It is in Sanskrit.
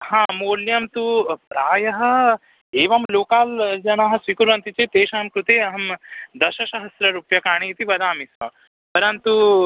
हा मूल्यं तु प्रायः एवं लोकाल् जनाः स्वीकुर्वन्ति चेत् तेषां कृते अहं दशशहस्र रूप्यकाणि इति वदामि स्म परन्तु